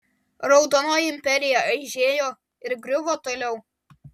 raudonoji imperija aižėjo ir griuvo toliau